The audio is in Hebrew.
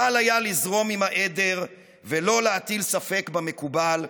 קל היה לזרום עם העדר ולא להטיל ספק במקובל,